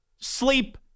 sleep